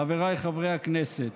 חבריי חברי הכנסת,